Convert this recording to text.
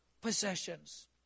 possessions